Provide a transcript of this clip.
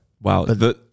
Wow